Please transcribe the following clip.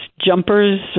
jumpers